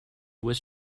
was